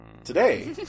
Today